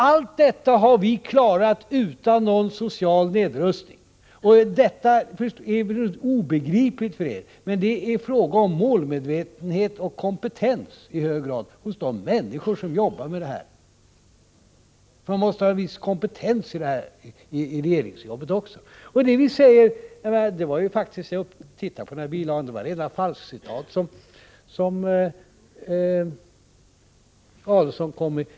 Allt detta har vi klarat utan någon social nedrustning. Detta är förstås obegripligt för er, men det är i hög grad fråga om målmedvetenhet och kompetens hos de människor som jobbar med detta. Man måste ha en viss kompetens också i regeringsjobbet. Jag tittade på den bilaga som nämndes här. Det var rena falskcitat som Adelsohn kom med.